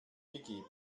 gegeben